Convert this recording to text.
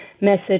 message